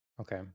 Okay